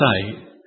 say